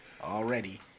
already